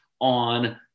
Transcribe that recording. on